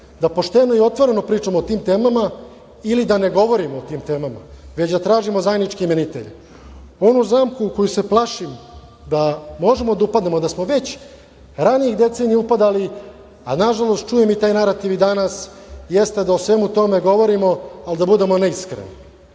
da pošteno i otvoreno pričamo o tim temama ili da ne govorimo o tim temama, već da tražimo zajednički imenitelj. Onu zamku u koju se plašim da možemo da upadnemo, da smo već ranijih decenija upadali, a nažalost čujem i taj narativ i danas, jeste da o svemu tome govorimo, ali da budemo neiskreni.